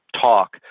talk